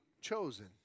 chosen